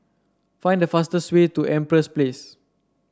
find the fastest way to Empress Place